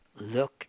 look